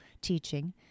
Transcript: teaching